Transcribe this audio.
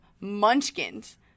munchkins